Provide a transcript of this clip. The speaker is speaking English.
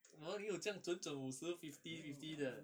!walao! 哪里有这样准准 fifty fifty 的